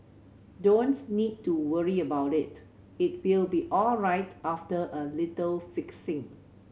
don't need to worry about it it will be alright after a little fixing